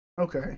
Okay